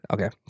Okay